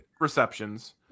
receptions